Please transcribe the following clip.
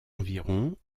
environ